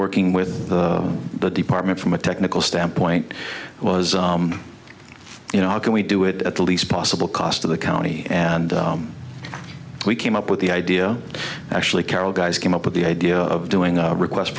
working with the department from a technical standpoint was you know how can we do it at least possible cost to the county and we came up with the idea actually carol guys came up with the idea of doing a request